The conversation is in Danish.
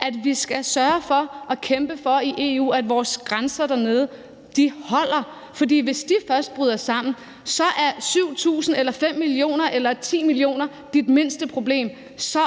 at vi skal sørge for og kæmpe for i EU, at vores grænser dernede holder. For hvis de først bryder sammen, er 7.000 eller 5 millioner eller 10 millioner dit mindste problem. Så